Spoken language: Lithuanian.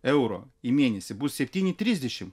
euro į mėnesį bus septyni trisdešimt